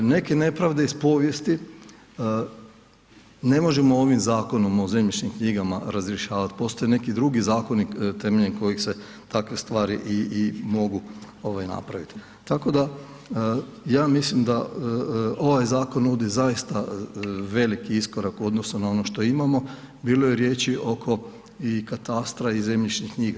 Neke nepravde iz povijesti, ne možemo ovim zakonom o zemljišnim knjigama razrješavat, postoje neki drugi zakoni temeljem kojih se takve stvari i mogu napraviti tako da ja mislim da ovaj zakon nudi zaista veliki iskorak u odnosu na ono što imamo, bilo je riječi oko i katastra i zemljišnih knjiga.